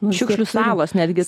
šiukšlių salos netgi